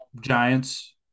Giants